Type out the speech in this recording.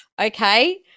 okay